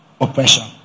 oppression